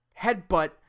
headbutt